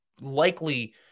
likely